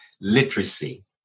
literacy